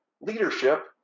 leadership